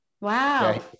Wow